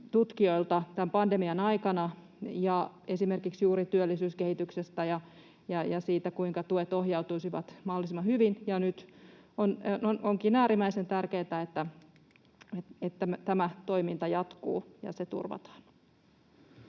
tutkijoilta tämän pandemian aikana esimerkiksi juuri työllisyyskehityksestä ja siitä, kuinka tuet ohjautuisivat mahdollisimman hyvin, ja nyt onkin äärimmäisen tärkeätä, että tämä toiminta jatkuu ja se turvataan.